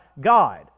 God